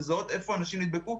לזהות איפה אנשים נדבקו.